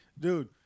dude